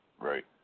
Right